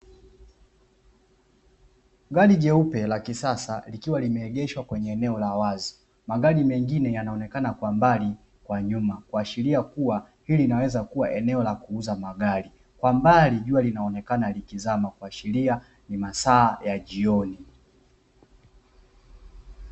Gari jeupe la kisasa likiwa limeegeshwa kwenye eneo la wazi. Magari mengine yanaonekana kwa mbali kwa nyuma, kuashiria kua hili linaweza kua eneo la kuuza magari. Kwa mbali jua linaonekana kuzama ikiashiria ni masaa ya jioni.